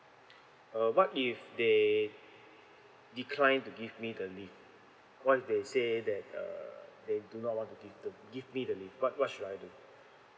uh what if they decline to give me the leave what if they say that err they do not want to give the give me the leave what what should I do